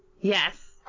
Yes